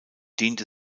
diente